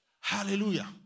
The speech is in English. Hallelujah